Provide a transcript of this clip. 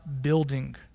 building